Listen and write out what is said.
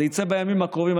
זה יצא בימים הקרובים.